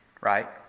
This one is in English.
right